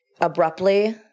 abruptly